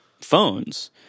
phones